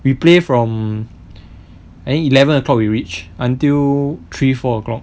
we play from I think eleven o'clock we reached until three four o'clock